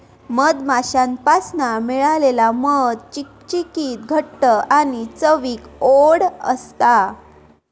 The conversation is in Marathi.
मधमाश्यांपासना मिळालेला मध चिकचिकीत घट्ट आणि चवीक ओड असता